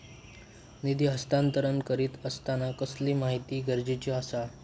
निधी हस्तांतरण करीत आसताना कसली माहिती गरजेची आसा?